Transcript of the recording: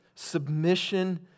Submission